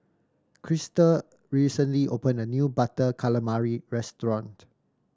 Crysta recently opened a new Butter Calamari restaurant